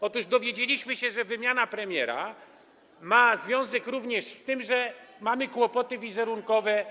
Otóż dowiedzieliśmy się, że wymiana premiera ma związek również z tym, że mamy kłopoty wizerunkowe.